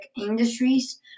industries